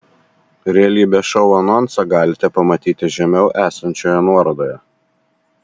realybės šou anonsą galite pamatyti žemiau esančioje nuorodoje